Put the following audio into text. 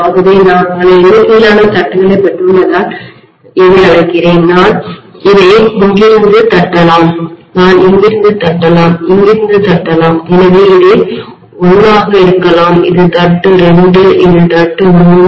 ஆகவே நான் பல எண்ணிக்கையிலான தட்டுகளைப் பெற்றுள்ளதால் இதை அழைக்கிறேன் நான் அதை இங்கிருந்து தட்டலாம் நான் இங்கிருந்து தட்டலாம் இங்கிருந்து தட்டலாம் எனவே இதை 1 ஆக இருக்கலாம் இது தட்டு 2 இது தட்டு 3